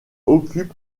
occupe